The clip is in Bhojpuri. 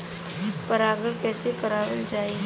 परागण कइसे करावल जाई?